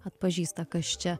atpažįsta kas čia